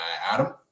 Adam